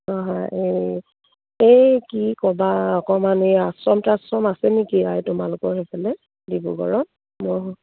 অঁ হয় এই এই কি ক'বা অকমান এই আশ্ৰম তাশ্ৰম আছে নেকি আই তোমালোকৰ সেইফালে ডিব্ৰুগড়ত মোৰ